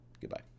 Goodbye